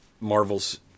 marvel's